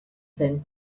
zen